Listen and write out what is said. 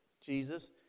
Jesus